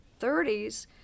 30s